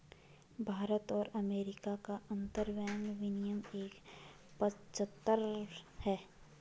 भारत और अमेरिका का अंतरबैंक विनियम दर पचहत्तर है